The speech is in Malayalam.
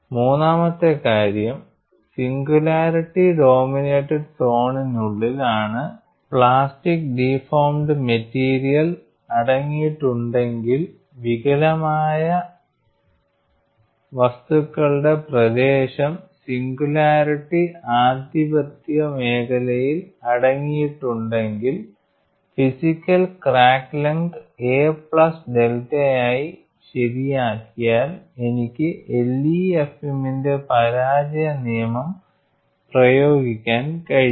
മൂന്നാമത്തെ കാര്യം സിംഗുലാരിറ്റി ഡോമിനേറ്റഡ് സോണിനുള്ളിൽ ആണ് ആണ് പ്ലാസ്റ്റിക്ക് ഡിഫോർമിഡ് മെറ്റീരിയൽ അടങ്ങിയിട്ടുണ്ടെങ്കിൽ വികലമായ വസ്തുക്കളുടെ പ്രദേശം സിംഗുലാരിറ്റി ഡോമിനേറ്റഡ് സോണിൽ ൽ അടങ്ങിയിട്ടുണ്ടെങ്കിൽ physical crack length a plus ഡെൽറ്റയായി ശരിയാക്കിയാൽ എനിക്ക് LEFMന്റെ പരാജയ നിയമം പ്രയോഗിക്കാൻ കഴിയും